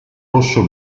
rosso